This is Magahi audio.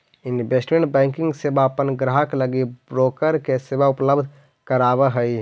इन्वेस्टमेंट बैंकिंग सेवा अपन ग्राहक लगी ब्रोकर के सेवा उपलब्ध करावऽ हइ